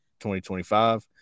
2025